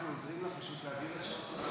אנחנו פשוט עוזרים לה להעביר את שלוש הדקות.